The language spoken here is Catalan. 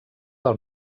del